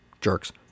Jerks